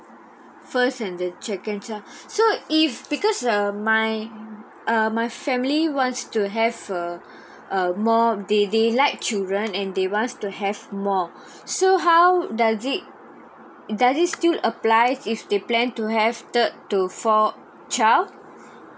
first and the second child so if because the my uh my family wants to have err err more they they like children and they want the have more so how does it does it still apply if they plan to have third to forth child